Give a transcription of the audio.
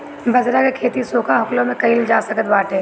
बजरा के खेती सुखा होखलो में कइल जा सकत बाटे